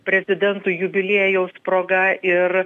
prezidentui jubiliejaus proga ir